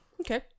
Okay